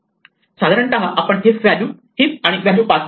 साधारणतः आपण हिप आणि व्हॅल्यू पास करतो